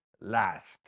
last